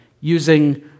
using